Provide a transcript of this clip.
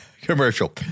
commercial